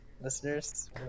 listeners